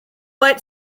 what